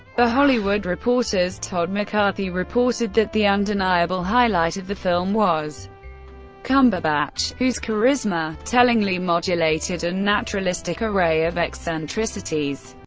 the hollywood reporters todd mccarthy reported that the undeniable highlight of the film was cumberbatch, whose charisma, tellingly modulated and naturalistic array of eccentricities,